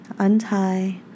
Untie